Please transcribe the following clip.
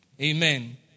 Amen